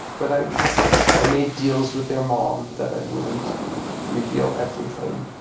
but i i made deals with their mom that i wouldn't reveal everything.